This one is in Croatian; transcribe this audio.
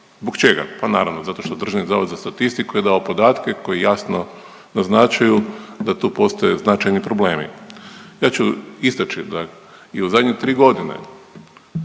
Zbog čega? Pa naravno, zato što Državni zavod za statistiku je dao podatke koji jasno naznačuju da tu postoje značajni problemi. Ja ću istači da je u zadnje tri godine